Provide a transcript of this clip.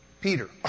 Peter